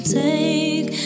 take